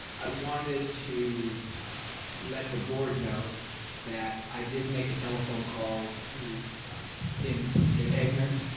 i wanted to let the board know that i did make a telephone call to tim tim egnor.